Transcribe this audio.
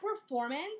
performance